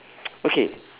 okay